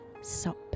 sup